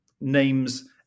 names